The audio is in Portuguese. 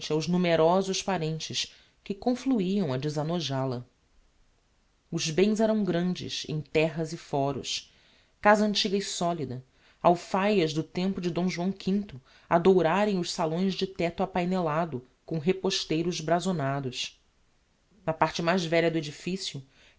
aos numerosos parentes que confluiam a desanojal a os bens eram grandes em terras e fóros casa antiga e solida alfaias do tempo de d joão v a dourarem os salões de tecto apainelado com reposteiros brazonados na parte mais velha do edificio